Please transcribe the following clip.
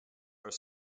are